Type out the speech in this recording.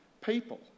people